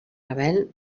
rebel